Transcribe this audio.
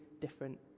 different